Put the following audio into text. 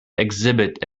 exhibit